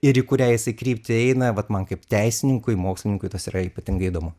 ir į kurią jisai kryptį eina vat man kaip teisininkui mokslininkui tas yra ypatingai įdomu